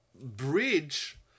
bridge